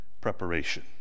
preparation